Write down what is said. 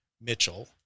Mitchell